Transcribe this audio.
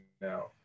now